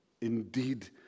indeed